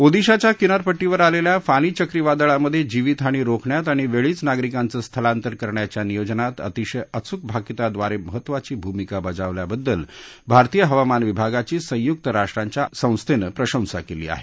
ओदिशाच्या किनारपट्टीवर आलेल्या फानी चक्रीवादळामध्ये जीवित हानी रोखण्यात आणि वेळीच नागरिकांचं स्थलांतर करण्याच्या नियोजनात अतिशय अचूक भाकिताद्वारे महत्त्वाची भूमिका बजावल्याबद्दल भारतीय हवामान विभागाची संयुक्त राष्ट्रांच्या आपत्ती कपात संस्थेनं प्रशंसा केली आहे